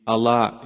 Allah